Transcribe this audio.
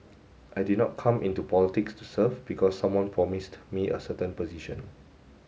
I did not come into politics to serve because someone promised me a certain position